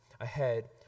ahead